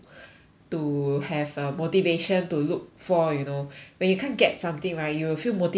to have a motivation to look for you know when you can't get something right you will feel motivated to work